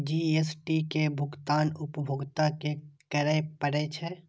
GST के भुगतान उपभोक्ता कें करय पड़ै छै